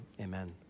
Amen